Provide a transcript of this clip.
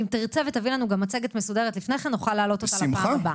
אם תרצה ותביא לנו גם מצגת מסודרת לפני כן נוכל להעלות אותה לפעם הבאה.